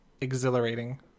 Exhilarating